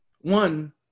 one